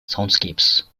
soundscapes